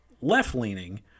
left-leaning